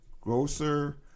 Grocer